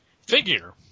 Figure